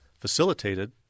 facilitated